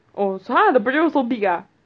oh so !huh! the project work so big ah